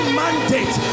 mandate